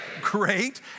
great